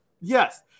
Yes